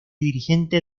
dirigente